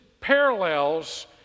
parallels